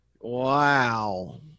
wow